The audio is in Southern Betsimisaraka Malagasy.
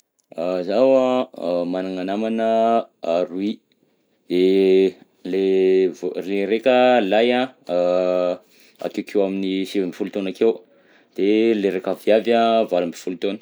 Zaho an a magnana namagna roy e le le raika lahy an akekeo amin'ny sivy ambinifolo taona akeo, de ilay raika viavy an valo ambinifolo taona.